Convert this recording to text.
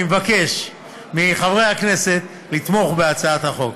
אני מבקש מחברי הכנסת לתמוך בהצעת החוק.